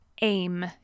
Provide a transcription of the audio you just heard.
aim